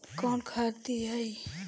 कौन खाद दियई?